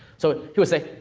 so he would say,